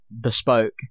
bespoke